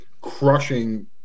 crushing